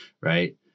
right